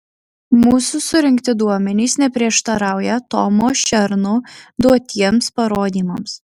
mūsų surinkti duomenys neprieštarauja tomo šerno duotiems parodymams